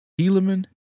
Helaman